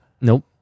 Nope